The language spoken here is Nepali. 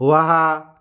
वहाँ